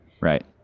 Right